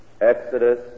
Exodus